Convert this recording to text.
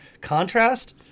contrast